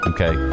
Okay